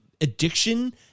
addiction